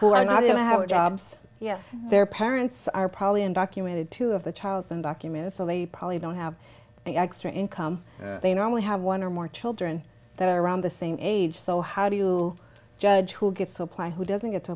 who are not going to have jobs yet their parents are probably undocumented two of the child's undocumented so they probably don't have any extra income they normally have one or more children that are around the same age so how do you judge who gets to apply who doesn't get to